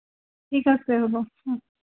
ঠিক আছে হ'ব